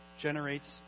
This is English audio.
generates